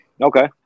Okay